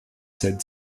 sept